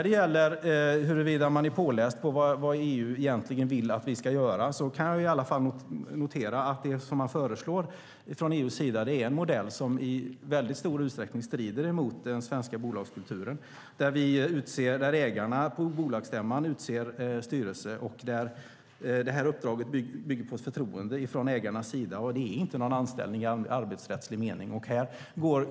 Beträffande huruvida man är påläst på vad EU egentligen vill att vi ska göra kan jag i alla fall notera att det som föreslås från EU:s sida är en modell som i stor utsträckning strider mot den svenska bolagskulturen, där ägarna på bolagsstämman utser styrelse och där uppdraget bygger på ett förtroende från ägarnas sida. Det är inte någon anställning i arbetsrättslig mening.